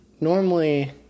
normally